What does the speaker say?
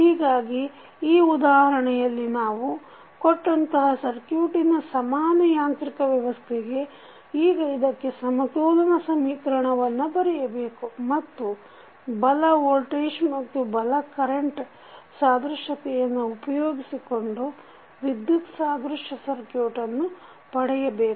ಹೀಗಾಗಿ ಈ ಉದಾಹರಣೆಯಲ್ಲಿ ನಾವು ಕೊಟ್ಟಂತಹ ಸಕ್ರ್ಯುಟಿನ ಸಮಾನ ಯಾಂತ್ರಿಕ ವ್ಯವಸ್ಥೆಗೆ ಈಗ ಇದಕ್ಕೆ ಸಮತೋಲನ ಸಮೀಕರಣವನ್ನು ಬರೆಯಬೇಕು ಮತ್ತು ಬಲ ವೋಲ್ಟೇಜ್ ಮತ್ತು ಬಲ ಕರೆಂಟ್ ಸಾದೃಶ್ಯತೆಯನ್ನು ಉಪಯೋಗಿಸಿಕೊಂಡು ವಿದ್ಯುತ್ ಸಾದೃಶ್ಯ ಸಕ್ರ್ಯುಟನ್ನು ಪಡೆಯಬೇಕು